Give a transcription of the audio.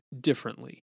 differently